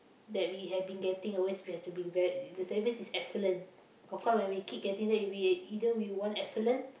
that we have been getting always we have to be very the service is excellent how come when we keep getting then we either we want excellent